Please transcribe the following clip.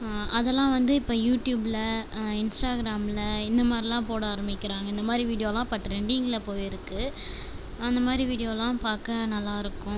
அதெல்லாம் வந்து இப்போ யூடியூப்பில் இன்ஸ்ட்டாக்ராமில் இந்தமாதிரிலாம் போட ஆரம்மிக்கிறாங்க இந்தமாதிரி வீடியோலாம் இப்போ ட்ரெண்டிங்க்கில் போயிருக்குது அந்தமாதிரி வீடியோலாம் பார்க்க நல்லா இருக்கும்